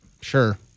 sure